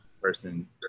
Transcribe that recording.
Person